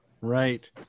Right